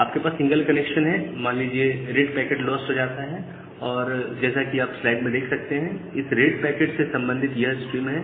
आपके पास single connection है मान लीजिए रेड पैकेट लॉस्ट हो जाता है और जैसा कि आप स्लाइड में देख सकते हैं इस रेड पैकेट से संबंधित यह स्ट्रीम है